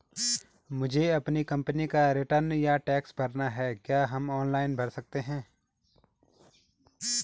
मुझे अपनी कंपनी का रिटर्न या टैक्स भरना है क्या हम ऑनलाइन भर सकते हैं?